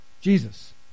Jesus